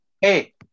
Hey